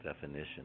definition